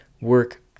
work